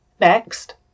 Next